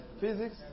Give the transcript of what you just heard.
Physics